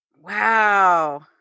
Wow